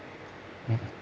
mm